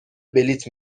بلیط